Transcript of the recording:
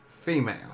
female